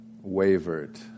wavered